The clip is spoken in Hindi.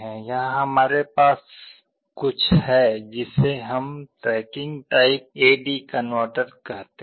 यहां हमारे पास कुछ है जिसे हम tracking type A D converter कहते हैं